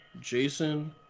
Jason